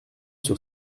sur